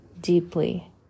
deeply